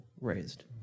raised